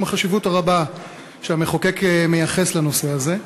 החשיבות הרבה שהמחוקק מייחס לנושא הזה.